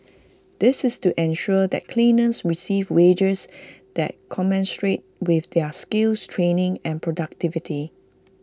this is to ensure that cleaners receive wages that commensurate with their skills training and productivity